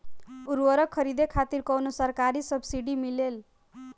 उर्वरक खरीदे खातिर कउनो सरकारी सब्सीडी मिलेल?